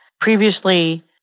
previously